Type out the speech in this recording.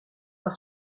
par